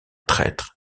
traître